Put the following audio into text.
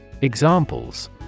Examples